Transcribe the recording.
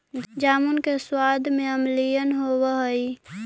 जामुन के सबाद में अम्लीयन होब हई